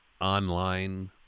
online